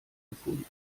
gefunden